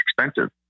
expensive